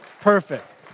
Perfect